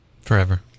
Forever